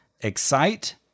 Excite